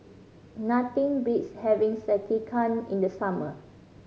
nothing beats having Sekihan in the summer